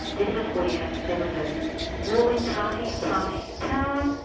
this is where there was a ruling party, a party in power,